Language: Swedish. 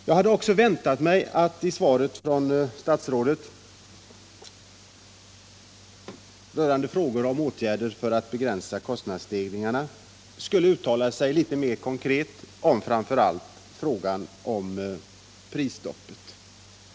Jag hade också hoppats att statsrådet rörande åtgärder för att begränsa kostnadsstegringarna skulle uttala sig litet mer konkret — framför allt om prisstoppet.